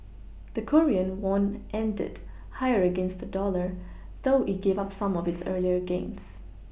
the Korean won ended higher against the dollar though it gave up some of its earlier gains